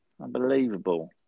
unbelievable